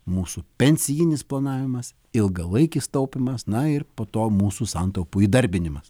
mūsų pensijinis planavimas ilgalaikis taupymas na ir po to mūsų santaupų įdarbinimas